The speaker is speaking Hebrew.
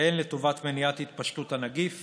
הן לטובת מניעת התפשטות הנגיף